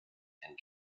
and